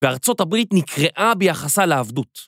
בארצות הברית נקרעה ביחסה לעבדות.